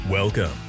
Welcome